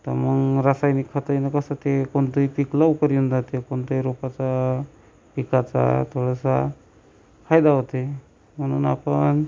तर मग रासायनिक खतानं कसं ते कोणतेही पीक लवकर येऊन जाते पण ते रोपाचा पिकाचा थोडासा फायदा होते म्हणून आपण